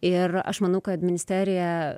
ir aš manau kad ministerija